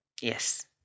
Yes